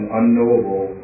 unknowable